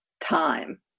time